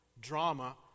drama